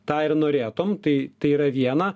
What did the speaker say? tą ir norėtum tai tai yra viena